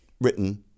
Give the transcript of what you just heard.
written